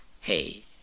hey